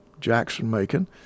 Jackson-Macon